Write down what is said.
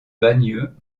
bagneux